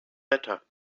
better